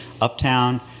Uptown